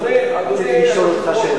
אדוני היושב-ראש,